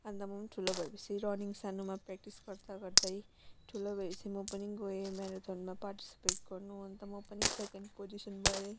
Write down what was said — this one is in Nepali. अनि त म पनि ठुलो भएपछि रनिङ सानोमा प्रेक्टिस गर्दा गर्दै ठुलो भएपछि म पनि गएँ म्याराथनमा पार्टिसिपेट गर्नु अनि त म पनि सेकेन्ड पोजिसन भएँ